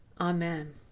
Amen